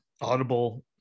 Audible